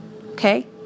okay